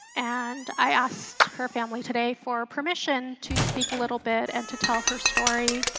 and i asked her family today for permission to speak a little bit and to tell her story.